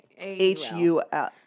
H-U-L